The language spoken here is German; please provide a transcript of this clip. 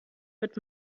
wird